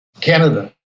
Canada